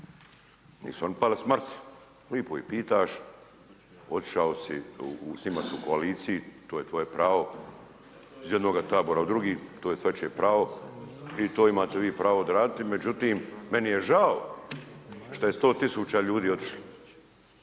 Nisu oni pali s Marsa, lijepo ih pitaš, otišao si, s njima si u koaliciji, to je tvoje pravo, iz jednoga tabora u drugi, to je svačije pravo i to imate vi pravo odraditi. Međutim meni je žao što je 100 000 ljudi otišlo